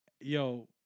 Yo